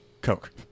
Coke